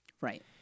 Right